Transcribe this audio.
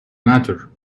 matter